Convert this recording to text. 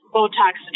Botox